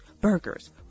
burgers